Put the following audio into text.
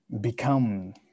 become